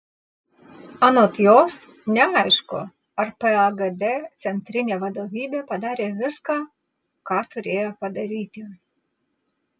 anot jos neaišku ar pagd centrinė vadovybė padarė viską ką turėjo padaryti